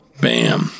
Bam